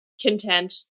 content